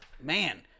Man